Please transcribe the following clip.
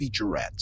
featurettes